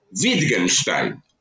Wittgenstein